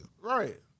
Right